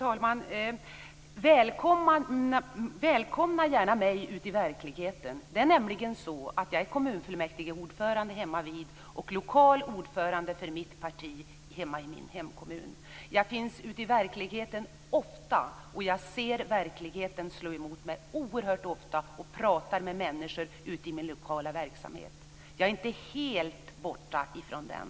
Fru talman! Välkomna mig gärna ut i verkligheten. Det är nämligen så att jag är kommunfullmäktigeordförande hemmavid och lokal ordförande för mitt parti i min hemkommun. Jag finns ofta ute i verkligheten. Jag ser verkligheten slå emot mig oerhört ofta. Jag pratar med människor ute i min lokala verksamhet. Jag är inte helt borta från den.